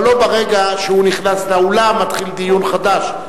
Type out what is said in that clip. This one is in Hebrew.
אבל לא ברגע שהוא נכנס לאולם מתחיל דיון חדש.